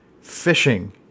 Fishing